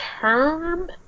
term